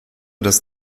das